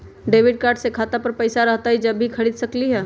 Debit card से खाता पर पैसा रहतई जब ही खरीद सकली ह?